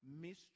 mystery